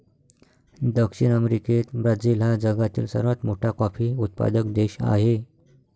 दक्षिण अमेरिकेत ब्राझील हा जगातील सर्वात मोठा कॉफी उत्पादक देश आहे